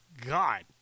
God